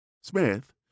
Smith